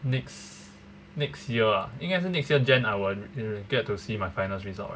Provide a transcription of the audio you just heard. next next year ah 应该是 next year jan I will get to see my finals result right